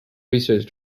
research